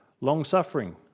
long-suffering